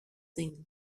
την